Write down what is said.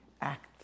act